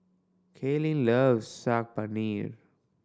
Cailyn loves Saag Paneer